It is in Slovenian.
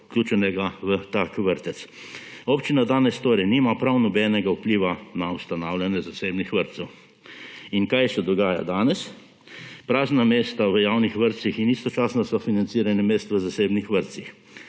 vključenega v tak vrtec. Občina danes nima prav nobenega vpliva na ustanavljanje zasebnih vrtcev. In kaj se dogaja danes? Prazna mesta v javnih vrtcih in istočasno sofinanciranje mest v zasebnih vrtcih.